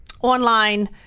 online